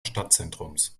stadtzentrums